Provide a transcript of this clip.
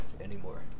anymore